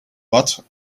but